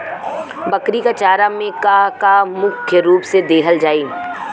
बकरी क चारा में का का मुख्य रूप से देहल जाई?